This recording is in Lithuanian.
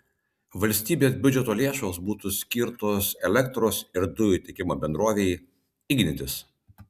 valstybės biudžeto lėšos būtų skirtos elektros ir dujų tiekimo bendrovei ignitis